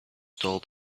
told